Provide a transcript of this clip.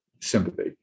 sympathy